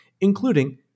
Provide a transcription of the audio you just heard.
including